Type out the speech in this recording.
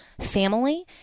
family